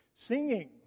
Singing